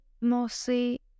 mostly